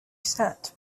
sat